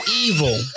evil